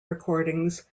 recordings